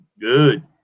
Good